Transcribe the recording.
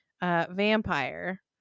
vampire